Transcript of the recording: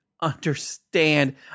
understand